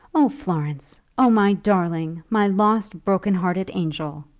oh, florence oh, my darling my lost, broken-hearted angel!